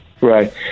Right